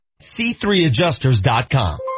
C3Adjusters.com